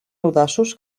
audaços